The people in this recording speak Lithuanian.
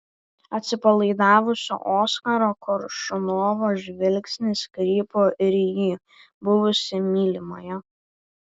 atsipalaidavusio oskaro koršunovo žvilgsnis krypo ir į buvusią mylimąją